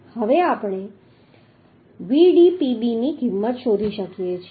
હવે આપણે Vdpb ની કિંમત શોધી શકીએ છીએ